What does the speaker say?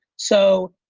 so,